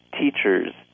teachers